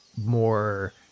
more